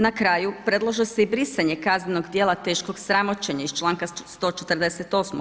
Na kraju predlaže se i brisanje kaznenog djela teškog sramoćenja iz članka 148.